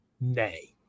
nay